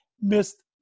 missed